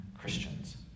Christians